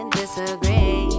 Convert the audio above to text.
disagree